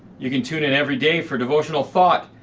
you can tune in every day for devotional thought,